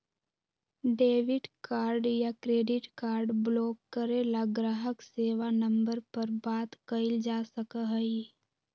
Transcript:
debit card या credit card block करे ला ग्राहक सेवा नंबर पर बात कइल जा सका हई